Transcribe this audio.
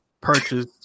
purchase